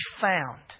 found